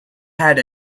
had